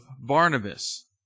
Barnabas